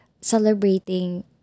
celebrating